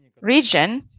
region